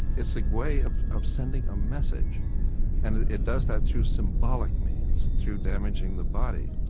it's a way of of sending a message and it does that through symbolic means through damaging the body.